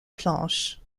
planche